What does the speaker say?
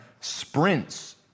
sprints